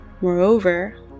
Moreover